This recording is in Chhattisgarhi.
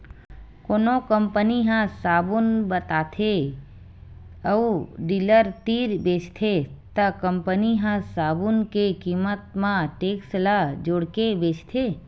कोनो कंपनी ह साबून बताथे अउ डीलर तीर बेचथे त कंपनी ह साबून के कीमत म टेक्स ल जोड़के बेचथे